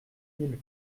mille